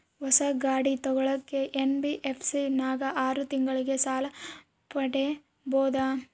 ಹೊಸ ಗಾಡಿ ತೋಗೊಳಕ್ಕೆ ಎನ್.ಬಿ.ಎಫ್.ಸಿ ನಾಗ ಆರು ತಿಂಗಳಿಗೆ ಸಾಲ ಪಡೇಬೋದ?